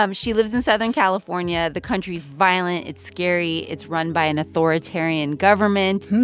um she lives in southern california. the country's violent. it's scary. it's run by an authoritarian government.